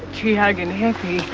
tree-hugging hippie.